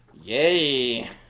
Yay